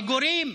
מגורים,